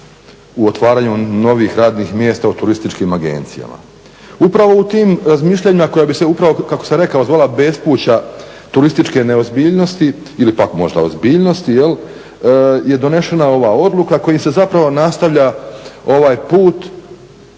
u otvaranju novih radnih mjesta u turističkim agencijama. Upravo u tim razmišljanjima koja bi se upravo kako sam rekao zvala bespuća turističke neozbiljnosti ili pak možda ozbiljnosti je donešena ova odluka kojim se zapravo nastavlja ovaj put,